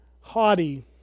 haughty